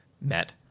met